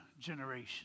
generation